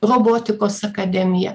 robotikos akademija